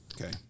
Okay